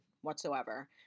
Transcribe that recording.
whatsoever